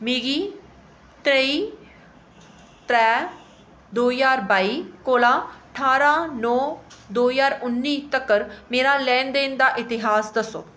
मिगी त्रेई त्रै दो ज्हार बाई कोला ठारां नौ दो ज्हार उन्नी तक्कर मेरा लैन देन दा इतिहास दस्सो